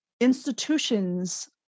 Institutions